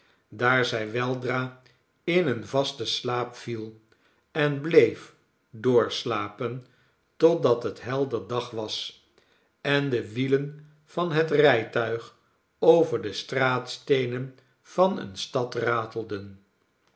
daar zij weldra in een vasten slaap viel en bleef doorslapen totdat het helder dag was en de wielen van laet rijtuig over de straatsteenen van eene stad ratelden